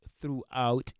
throughout